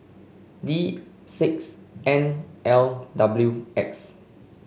D six N L W X